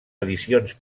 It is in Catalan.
edicions